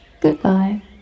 Goodbye